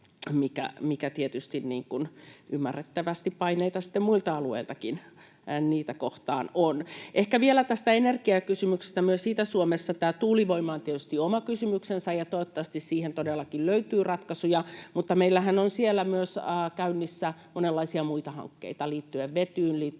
kun tietysti ymmärrettävästi muiltakin alueilta paineita niitä kohtaan on. Ehkä vielä tästä energiakysymyksestä: Myös Itä-Suomessa tuulivoima on tietysti oma kysymyksensä, ja toivottavasti siihen todellakin löytyy ratkaisuja. Meillähän on siellä käynnissä myös monenlaisia muita hankkeita liittyen vetyyn,